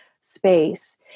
space